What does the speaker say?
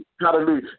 Hallelujah